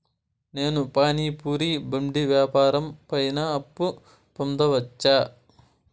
నేను పానీ పూరి బండి వ్యాపారం పైన అప్పు పొందవచ్చా?